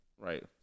Right